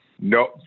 no